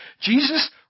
Jesus